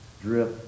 drip